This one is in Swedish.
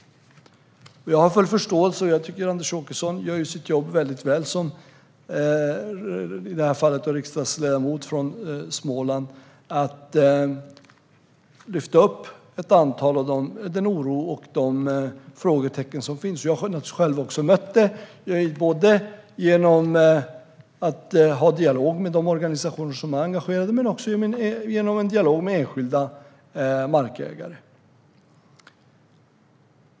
Jag har full förståelse för Anders Åkesson och tycker att han gör sitt jobb som riksdagsledamot från Småland väldigt väl då han lyfter upp den oro och de frågor som finns. Även jag har mött detta genom dialog med de organisationer som är engagerade och genom dialog med enskilda markägare.